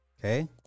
Okay